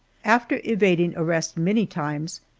after evading arrest many times,